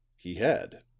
he had.